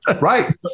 Right